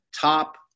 Top